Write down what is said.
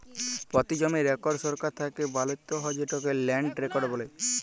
পতি জমির রেকড় সরকার থ্যাকে বালাত্যে হয় যেটকে ল্যান্ড রেকড় বলে